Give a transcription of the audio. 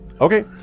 Okay